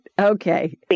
Okay